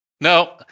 No